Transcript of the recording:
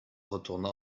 retourna